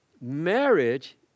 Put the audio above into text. marriage